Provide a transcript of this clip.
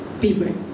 people